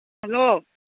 hello